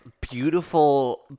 beautiful